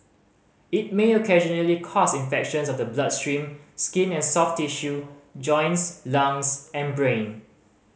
it may occasionally cause infections of the bloodstream skin and soft tissue joints lungs and brain